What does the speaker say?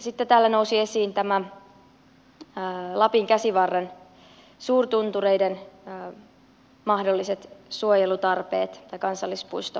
sitten täällä nousivat esiin lapin käsivarren suurtuntureiden mahdolliset suojelutarpeet ja kansallispuiston perustamistarpeet